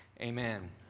Amen